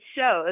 shows